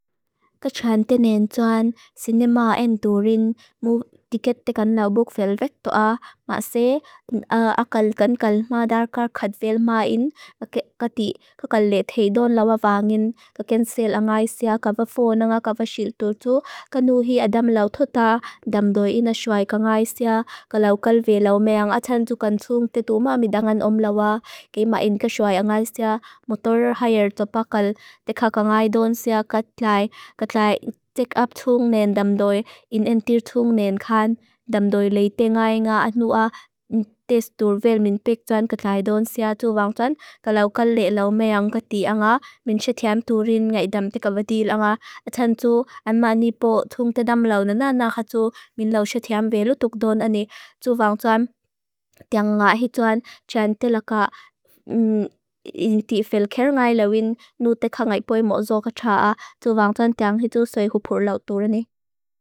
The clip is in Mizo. Kachan tenen tuan, sinema en durin, mu diket tekan lau buk felvet toa, ma se akal kan kal madar kar kad velma in. Kati kakal let hei don lau avangin, kakensel angaysia, kava phone nga kava shiltutu, kanuhi adam lau thota, dam doi inashway kangaysia. Kalau kal velaume ang atan dukan tung tetu ma midangan om lawa, kima en kasyway angaysia, motorer haiar topakal, tekakal ngai don sia, katlai, katlai tekap tung nen dam doi. Inentir tung nen kan, dam doi lete ngai nga atnua, tes dur velmin pek tuan, katlai don sia, tu vang tuan, kalau kalelaume ang kati anga, min syetiam durin, ngaidam tekavadil anga, atan du, ama nipo tung tetam lau nanana khatu. Min lau syetiam velutuk don ane, tu vang tuan, tiang ngai hi tuan, tiang telaka, di felker ngai lawin, nu tekak ngai poy mo zo kachaa, tu vang tuan tiang hi tu soy hupur lau turini.